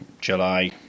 July